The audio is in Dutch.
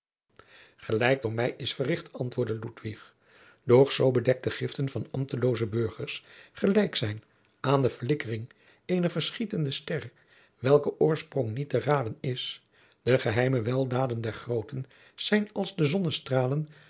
gelijk door mij is verricht antwoordde ludwig doch zoo bedekte giften van ambtelooze burgers gelijk zijn aan de flikkering eener verschietende ster welker oorsprong niet te raden is de geheime weldaden der grooten zijn als de zonnestralen